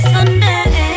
Sunday